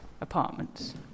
apartments